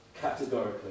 categorically